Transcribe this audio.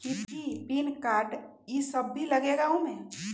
कि PAN card इ सब भी लगेगा वो में?